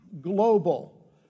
global